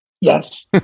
Yes